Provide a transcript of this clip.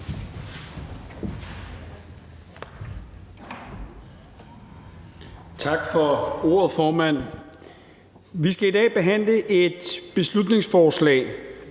Tak for ordet, formand. Vi skal i dag behandle et beslutningsforslag,